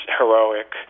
heroic